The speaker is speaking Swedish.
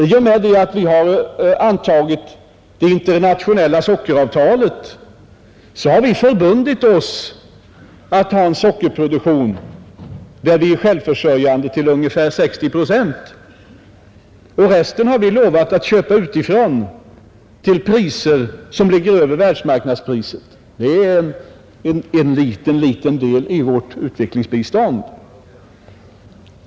I och med att vi har antagit det internationella sockeravtalet har vi förbundit oss att ha en sockerproduktion som gör oss självförsörjande till ungefär 60 procent. Resten har vi lovat att köpa utifrån till priser som ligger över världsmarknadspriset som en liten del i vårt utvecklingsbistånd.